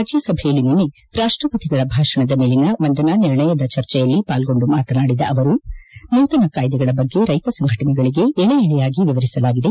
ರಾಜ್ಯಸಭೆಯಲ್ಲಿ ನಿನ್ನೆ ರಾಷ್ಟಸತಿಗಳ ಭಾಷಣದ ಮೇಲಿನ ವಂದನಾ ನಿರ್ಣಯದ ಚರ್ಜೆಯಲ್ಲಿ ಪಾಲ್ಗೊಂಡು ಮಾತನಾಡಿದ ಅವರು ನೂತನ ಕಾಯ್ದೆಗಳ ಬಗ್ಗೆ ರೈತ ಸಂಘಟನೆಗಳಿಗೆ ಎಳೆ ಎಳೆಯಾಗಿ ವಿವರಿಸಲಾಗಿದೆ